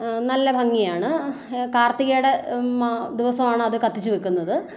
നല്ല ഭംഗിയാണ് കാർത്തികയുടെ മാ ദിവസമാണ് അത് കത്തിച്ചു വെക്കുന്നത്